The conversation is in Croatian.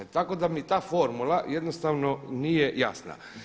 Tako da mi ta formula jednostavno nije jasna.